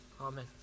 Amen